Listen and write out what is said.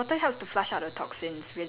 is you're not imagining it